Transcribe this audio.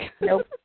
Nope